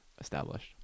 Established